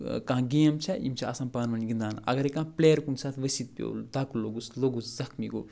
کانٛہہ گیم چھےٚ یِم چھِ آسان پانہٕ ؤنۍ گِنٛدان اگرَے کانٛہہ پٕلیَر کُنہِ ساتہٕ ؤسِتھ پیوٚو دَکہٕ لوٚگُس لوٚگُس زخمی گوٚو